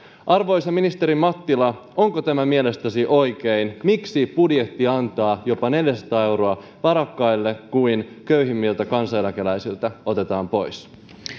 arvoisa ministeri mattila onko tämä mielestäsi oikein miksi budjetti antaa jopa neljäsataa euroa varakkaille kun köyhimmiltä kansaneläkeläisiltä otetaan pois